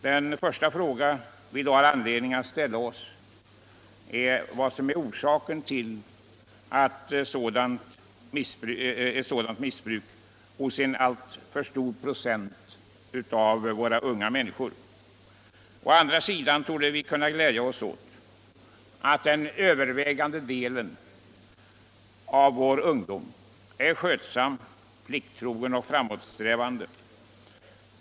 Den första fråga vi då har anledning att ställa oss är vad som är orsaken till ett sådant missbruk hos en alltför stor procent av våra unga människor. Å andra sidan torde vi kunna glädja oss åt att den övervägande delen av. ungdomarna är skötsamma, plikttrogna och framåtsträvande.